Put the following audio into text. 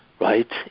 right